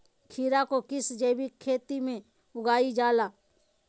खीरा को किस जैविक खेती में उगाई जाला?